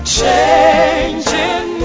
changing